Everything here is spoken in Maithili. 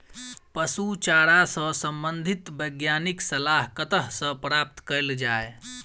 पशु चारा सऽ संबंधित वैज्ञानिक सलाह कतह सऽ प्राप्त कैल जाय?